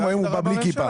גם אם בא בלי כיפה.